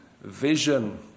vision